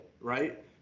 right